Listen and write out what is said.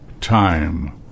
time